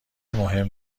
مهم